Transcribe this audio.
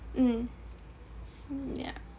mm yeah